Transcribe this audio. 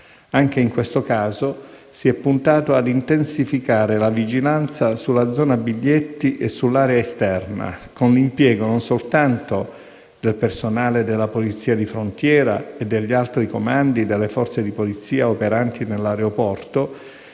Anche in questo caso, si è puntato ad intensificare la vigilanza sulla zona biglietti e sull'area esterna, con l'impiego non soltanto del personale della polizia di frontiera e degli altri comandi delle forze di polizia operanti nell'aeroporto,